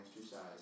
exercise